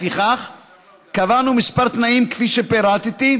לפיכך קבענו כמה תנאים, כפי שפירטתי,